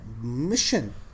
Mission